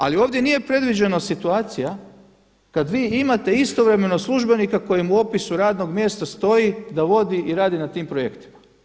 Ali ovdje nije predviđena situacija kada vi imate istovremeno službenika kojem je u opisu radnog mjesta stoji da vodi i radi na tim projektima.